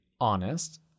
honest